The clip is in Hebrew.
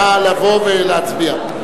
נא לבוא ולהצביע.